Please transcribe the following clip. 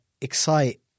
Excite